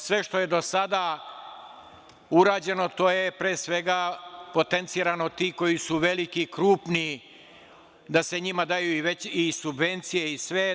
Sve što je do sada urađeno to je pre svega potencirano od tih koji su veliki i krupni da se njima daju veće subvencije i sve.